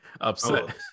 upset